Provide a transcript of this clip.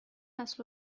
است